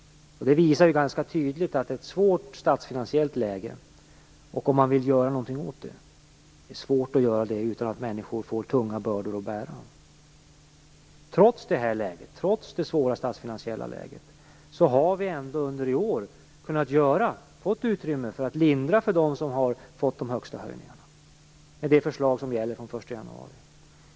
Det visar ganska tydligt att det är oerhört svårt att göra något åt ett besvärligt statsfinansiellt läge utan att människor får tunga bördor att bära. Trots det här svåra statsfinansiella läget har vi i år ändå fått utrymme för att lindra problemen för dem som har fått de högsta höjningarna med det förslag som gäller från den 1 januari.